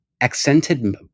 accented